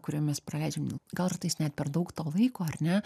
kurioj mes praleidžiam kartais net per daug to laiko ar ne